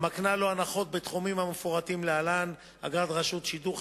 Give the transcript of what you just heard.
המקנה לו הנחות בתחומים המפורטים להלן: אגרת רשות שידור,